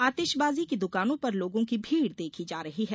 आतिशबाजी की दुकानों पर लोगों की भीड़ देखी जा रही है